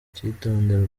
icyitonderwa